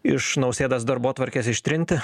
iš nausėdas darbotvarkės ištrinti